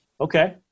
Okay